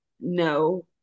no